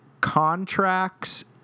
contracts